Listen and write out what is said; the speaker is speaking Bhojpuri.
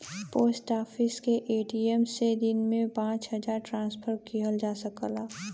पोस्ट ऑफिस के ए.टी.एम से दिन में पचीस हजार ट्रांसक्शन किहल जा सकला